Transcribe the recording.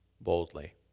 boldly